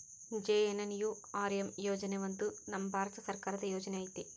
JNNURM ಯೋಜನೆ ಒಂದು ನಮ್ ಭಾರತ ಸರ್ಕಾರದ ಯೋಜನೆ ಐತಿ